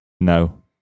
No